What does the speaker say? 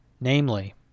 namely